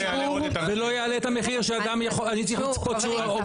זה לא יעלה את המחיר שאדם אני צריך לצפות שהוא עומד